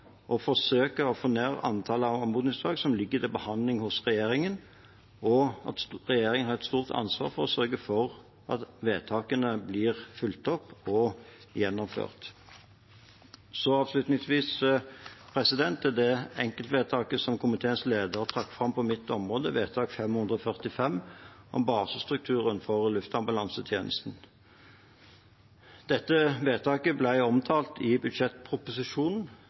å forsøke å få ned antallet anmodningsvedtak som ligger til behandling hos regjeringen, og at regjeringen har et stort ansvar for å sørge for at vedtakene blir fulgt opp og gjennomført. Avslutningsvis til det enkeltvedtaket som komiteens leder trakk fram på mitt område, vedtak nr. 545, om basestrukturen for luftambulansetjenesten. Dette vedtaket ble omtalt i budsjettproposisjonen.